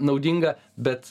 naudinga bet